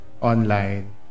online